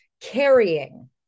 carrying